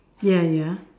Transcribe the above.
ya ya